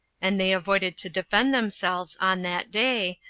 and they avoided to defend themselves on that day,